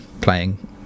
playing